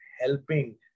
helping